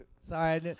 Sorry